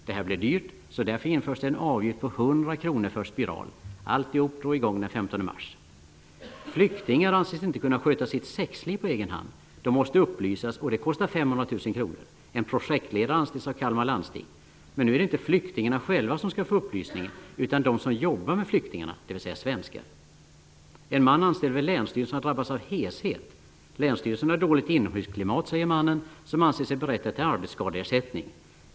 Det här blir dyrt, så därför införs det en avgift på 100 kr för spiral. Alltihop drog i gång den 15 mars. Flyktingar anses inte kunna sköta sitt sexliv på egen hand. De måste upplysas, och det kostar 500 000 kr. Men nu är det inte flyktingarna själva som skall få upplysning utan de som jobbar med flyktingar, dvs. En man anställd vid länsstyrelsen har drabbats av heshet. Länsstyrelsen har dåligt inomhusklimat, säger mannen, som anser sig berättigad till arbetsskadeersättning.